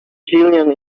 jillian